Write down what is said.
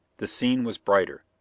the scene was brighter.